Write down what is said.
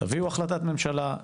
תביאו החלטת ממשלה,